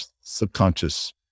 subconscious